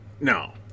no